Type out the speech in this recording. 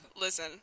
listen